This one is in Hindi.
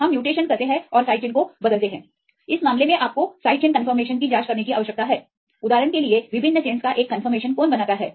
हम म्यूटेशन करते हैं और साइड चेन को बदलते हैं इस मामले में आपको साइड चेन के कंफर्मेशनकी जांच करने की आवश्यकता है उदाहरण के लिए विभिन्न चेंन्स का एक कंफर्मेशन कौन बनाता है